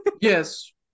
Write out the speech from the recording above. Yes